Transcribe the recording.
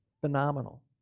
Phenomenal